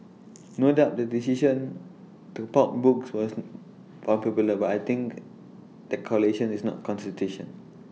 no doubt their decision to pulp books was popular but I think the correlation is not